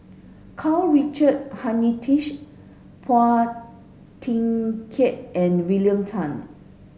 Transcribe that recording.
Karl Richard Hanitsch Phua Thin Kiay and William Tan